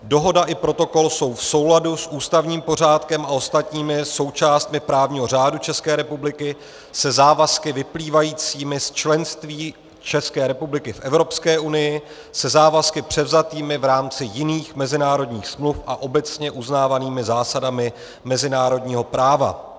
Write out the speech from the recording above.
Dohoda i protokol jsou v souladu s ústavním pořádkem a ostatními součástmi právního řádu České republiky, se závazky vyplývajícími z členství České republiky v Evropské unii, se závazky převzatými v rámci jiných mezinárodních smluv a obecně uznávanými zásadami mezinárodního práva.